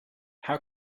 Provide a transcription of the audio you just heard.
how